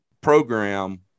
program